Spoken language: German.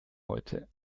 heute